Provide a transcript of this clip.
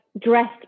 dressed